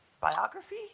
biography